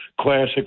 classic